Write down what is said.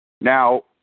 Now